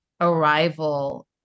arrival